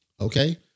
Okay